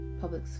public